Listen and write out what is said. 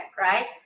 right